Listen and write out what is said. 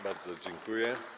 Bardzo dziękuję.